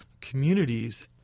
communities